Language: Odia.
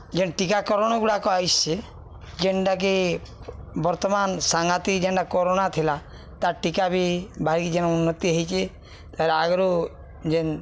ଯେନ୍ ଟୀକାକରଣ ଗୁଡ଼ାକ ଆଇସଚେ ଯେନ୍ଟାକି ବର୍ତ୍ତମାନ ସାଙ୍ଘାତିକ ଯେନ୍ଟା କୋରୋନା ଥିଲା ତା ଟୀକା ବି ଭାରିକ୍ ଯେନ ଉନ୍ନତି ହେଇଚେ ତାର ଆଗରୁ ଯେନ୍